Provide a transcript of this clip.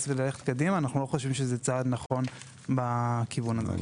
וללכת קדימה אנחנו לא חושבים שזה צעד נכון בכיוון הזה.